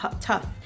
tough